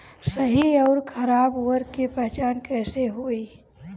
सही अउर खराब उर्बरक के पहचान कैसे होई?